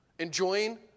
Enjoying